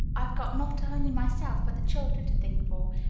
i've got not only myself, but the children to think for.